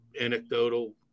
anecdotal